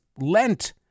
lent